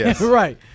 Right